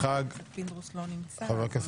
פינדרוס לא נמצא.